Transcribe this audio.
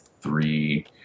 three